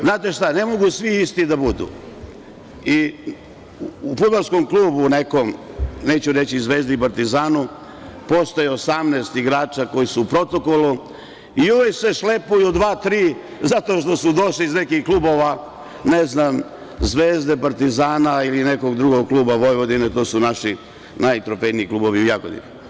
Znate, ne mogu svi isti da budu, i u fudbalskom klubu nekom, neću reći Zvezdi i Partizanu, postoji 18 igrača koji su uvek u protokolu, i uvek se šlepuju dva, tri, zato što su došli iz nekih klubova, ne znam, Zvezde, Partizana, ili nekog drugog kluba, Vojvodine, to su naši najtrofejniji klubovi u Jagodini.